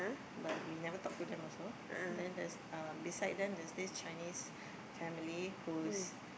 but we never talk to them also then there's um beside them there's this Chinese family whose